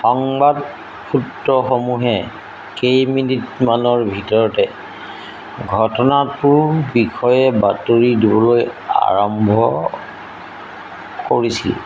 সংবাদ সূত্ৰসমূহে কেইমিনিটমানৰ ভিতৰতে ঘটনাটোৰ বিষয়ে বাতৰি দিবলৈ আৰম্ভ কৰিছিল